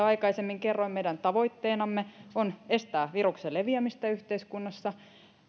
aikaisemmin kerroin meidän tavoitteenamme on estää viruksen leviämistä yhteiskunnassa